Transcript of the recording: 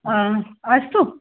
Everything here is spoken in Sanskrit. आम् अस्तु